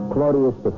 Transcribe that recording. Claudius